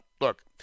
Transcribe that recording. look